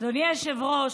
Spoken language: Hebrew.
אדוני היושב-ראש,